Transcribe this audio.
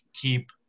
keep